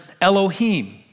Elohim